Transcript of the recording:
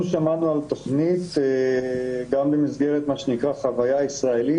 אנחנו שמענו על התכנית גם במסגרת מה שנקרא 'חוויה ישראלית',